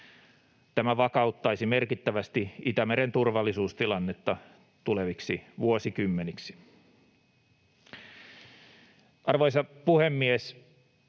Tämä vakauttaisi merkittävästi Itämeren turvallisuustilannetta tuleviksi vuosikymmeniksi. Arvoisa puhemies!